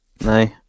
no